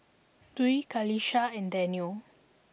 Dwi Qalisha and Daniel